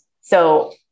so-